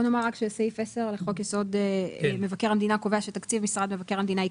בוא נאמר רק שסעיף 10 לחוק יסוד: מבקר המדינה קובע